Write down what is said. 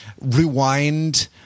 rewind –